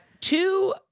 two